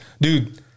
Dude